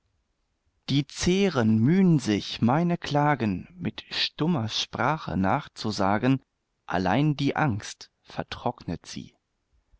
die zähren mühn sich meine klagen mit stummer sprache nachzusagen allein die angst vertrocknet sie